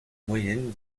moyenne